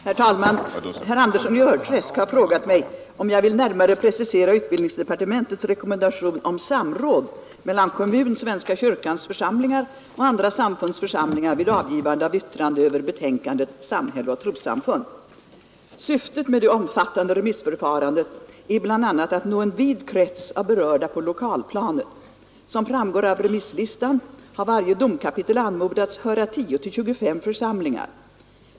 Herr talman! Herr Andersson i Örträsk har frågat mig om jag vill närmare precisera utbildningsdepartementets rekommendation om samråd mellan kommun, svenska kyrkans församlingar och andra samfunds församlingar vid avgivande av yttrande över betänkandet Samhälle och trossamfund. Syftet med det omfattande remissförfarandet är bl.a. att nå en vid krets av berörda på lokalplanet. Som framgår av remisslistan har varje domkapitel anmodats höra 10—25 församlingar.